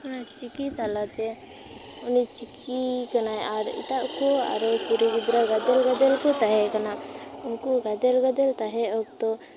ᱚᱱᱟ ᱪᱤᱠᱤ ᱛᱟᱞᱟᱛᱮ ᱚᱱᱮ ᱪᱤᱠᱤ ᱠᱟᱱᱟᱭ ᱟᱨ ᱮᱴᱟᱜ ᱠᱚ ᱟᱨᱚ ᱠᱩᱲᱤ ᱜᱤᱫᱽᱨᱟᱹ ᱜᱟᱫᱮᱞ ᱜᱟᱫᱮᱞ ᱠᱚ ᱛᱟᱦᱮᱸ ᱠᱟᱱᱟ ᱩᱱᱠᱩ ᱜᱟᱫᱮᱞ ᱜᱟᱫᱮᱞ ᱛᱟᱦᱮᱸ ᱚᱠᱛᱚ